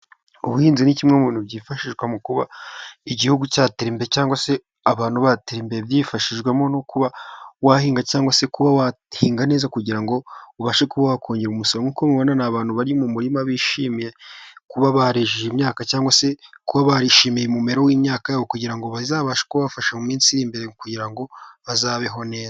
Ubuhinzi ni kimwe mu bintu byifashishwa mu kuba igihugu cyatera imbere, cyangwa se abantu batera imbere, byifashijwemo no kuba wahinga cyangwa se kuba wahinga neza, kugira ngo ubashe kubahoha kongera umusoro, nk'uko mubibonana ni abantu bari mu murima bishimiye kuba barejeje imyaka, cyangwa se kuba barishimiye umumero w'imyaka yabo kugira ngo bazashe kubafasha mu minsi iri imbere, kugira ngo bazabeho neza.